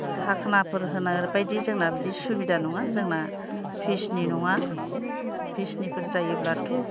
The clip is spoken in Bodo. धाखोनानफोर होनोरबायदि जोंना बिदि सुबिदा नङा जोंना पिसनि नङा पिसनिफोर जायोब्लाथ'